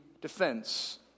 defense